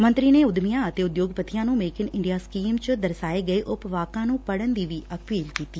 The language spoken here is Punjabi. ਮੰਤਰੀ ਨੇ ਉਦਮੀਆਂ ਅਤੇ ਉਦਯੋਗਪਤੀਆਂ ਨੂੰ ਮੇਕ ਇਨ ਇੰਡੀਆ ਸਕੀਮ ਚ ਦਰਸਾਏ ਸਾਰੇ ਉਪਵਾਦਾਂ ਨੁੰ ਪੜਨ ਦੀ ਵੀ ਅਪੀਲ ਕੀਤੀ